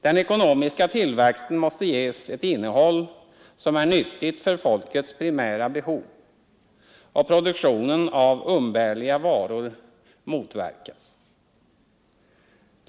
Den ekonomiska tillväxten måste ges ett innehåll som är nyttigt för folkets primära behov och produktionen av umbärliga varor motverkas.